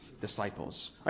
disciples